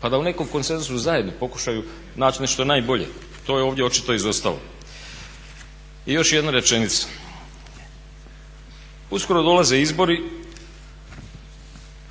pa da u nekom konsenzusu zajedno pokušaju naći nešto najbolje, to je ovdje očito izostalo. I još jedna rečenica, uskoro dolaze izbori